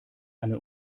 einen